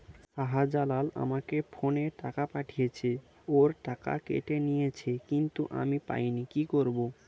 শাহ্জালাল আমাকে ফোনে টাকা পাঠিয়েছে, ওর টাকা কেটে নিয়েছে কিন্তু আমি পাইনি, কি করব?